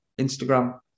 Instagram